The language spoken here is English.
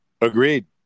agreed